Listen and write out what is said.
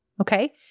okay